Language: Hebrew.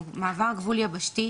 "מעבר גבול יבשתי",